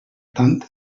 tant